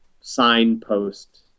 signpost